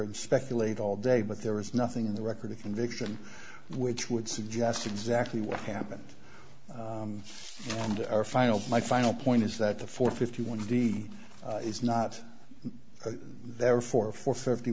and speculate all day but there is nothing in the record of conviction which would suggest exactly what happened and are final my final point is that the four fifty one d is not therefore for fifty